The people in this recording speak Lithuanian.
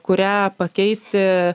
kurią pakeisti